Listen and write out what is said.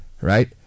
right